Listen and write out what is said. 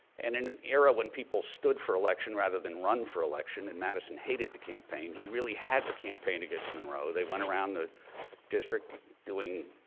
and an an era when people stood for election rather than run for election, and madison hated to campaign, he really had to campaign against monroe. they went around the district doing